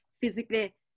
physically